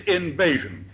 invasion